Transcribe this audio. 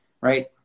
right